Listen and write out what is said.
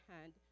hand